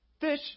fish